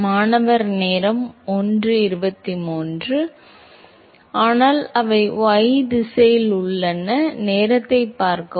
மாணவர் ஆனால் அவை y திசையில் உள்ளன ஆம்